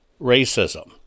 racism